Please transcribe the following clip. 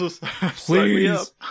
Please